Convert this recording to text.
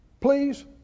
please